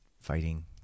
fighting